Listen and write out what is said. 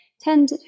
tend